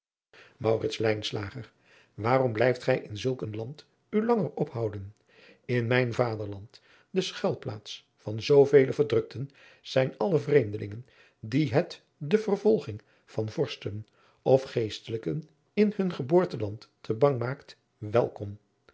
waarom blijft gij in zulk een land u langer ophouden in mijn vaderland de schuilplaats van zoovele verdrukten zijn alle vreemdelingen die het de vervolging van vorsten of geestelijken in hun geboorteland te bang maakt welkom